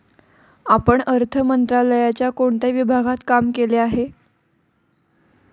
आपण अर्थ मंत्रालयाच्या कोणत्या विभागात काम केले आहे?